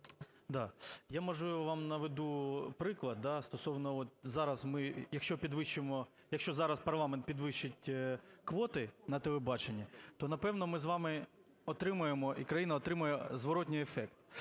ми, якщо підвищимо, якщо зараз парламент підвищить квоти на телебаченні, то, напевне, ми з вами отримаємо і країна отримає зворотній ефект.